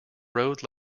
road